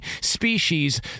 species